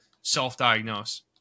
self-diagnose